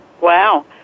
Wow